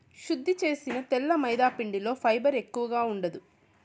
శుద్ది చేసిన తెల్ల మైదాపిండిలో ఫైబర్ ఎక్కువగా ఉండదు